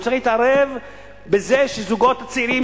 הוא צריך להתערב בזה שהזוגות הצעירים